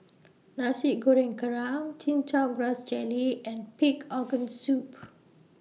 Nasi Goreng Kerang Chin Chow Grass Jelly and Pig Organ Soup